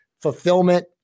fulfillment